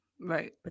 Right